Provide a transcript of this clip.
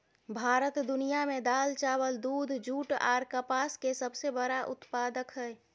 भारत दुनिया में दाल, चावल, दूध, जूट आर कपास के सबसे बड़ा उत्पादक हय